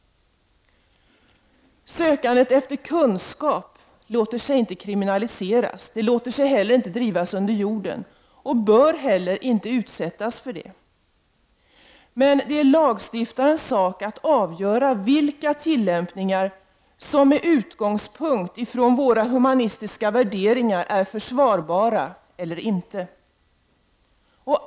Sökandet efter kunskap låter sig inte kriminaliseras eller drivas under jorden, och det bör heller inte utsättas för något sådant. Men det är lagstiftarnas sak att avgöra vilka tillämpningar som med utgångspunkt i våra humanistiska värderingar är försvarbara eller inte.